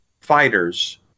fighters